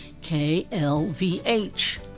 KLVH